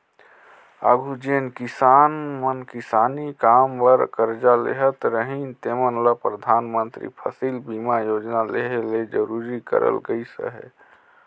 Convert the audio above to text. आघु जेन किसान मन किसानी काम बर करजा लेहत रहिन तेमन ल परधानमंतरी फसिल बीमा योजना लेहे ले जरूरी करल गइस अहे